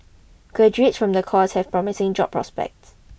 graduates from the course have promising job prospects